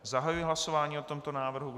Zahajuji hlasování o tomto návrhu.